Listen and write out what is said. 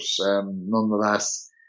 nonetheless